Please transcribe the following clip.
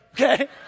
okay